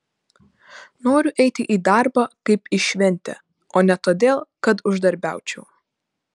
noriu eiti į darbą kaip į šventę o ne todėl kad uždarbiaučiau